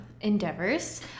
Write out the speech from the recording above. endeavors